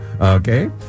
Okay